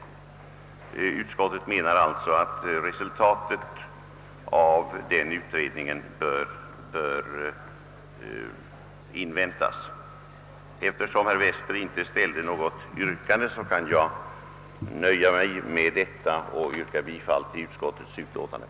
Utskottet menar alltså att resultatet av utredningsförslaget bör avvaktas. Eftersom herr Westberg inte ställde något yrkande kan jag nöja mig med att säga detta och ber att få yrka bifall till utskottets hemställan.